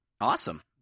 Awesome